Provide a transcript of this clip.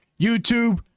YouTube